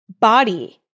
body